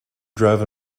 drove